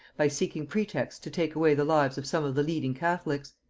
by seeking pretexts to take away the lives of some of the leading catholics.